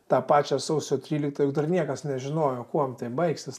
tą pačią sausio tryliktąją jau dar niekas nežinojo kuom tai baigsis